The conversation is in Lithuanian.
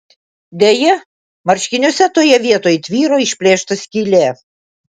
deja marškiniuose toje vietoj tvyro išplėšta skylė